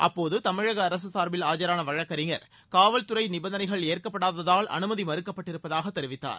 அப்போது தமிழக அரசு சார்பில் ஆஜரான வழக்கறிஞர் காவல்துறை நிபந்தனைகள் ஏற்கப்படாததால் அனுமதி மறுக்கப்பட்டிருப்பதாக தெரிவித்தார்